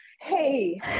hey